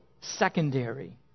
secondary